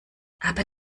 aber